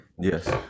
Yes